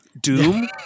Doom